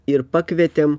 ir pakvietėm